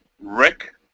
Rick